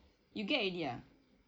you get already ah